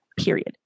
Period